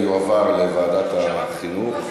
להעביר את זה לוועדת חינוך,